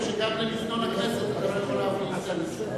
למזנון הכנסת אתה לא יכול להביא סנדוויצ'ים.